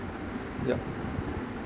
yup